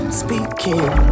speaking